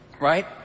right